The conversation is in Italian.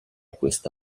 questo